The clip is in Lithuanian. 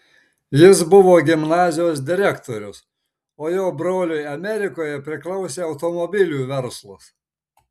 jis buvo gimnazijos direktorius o jo broliui amerikoje priklausė automobilių verslas